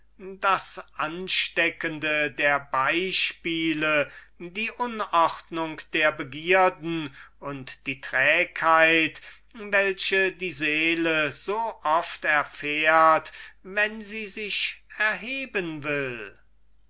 das ansteckende der beispiele die unordnung der begierden und die trägheit welche die seele so oft erfährt wenn sie sich erheben will